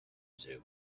zoo